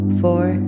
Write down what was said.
four